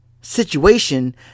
situation